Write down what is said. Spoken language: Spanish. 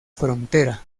frontera